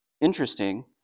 Interesting